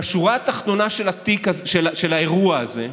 בשורה התחתונה של האירוע הזה,